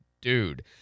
dude